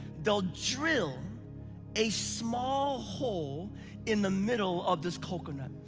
they'll drill a small hole in the middle of this coconut.